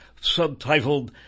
subtitled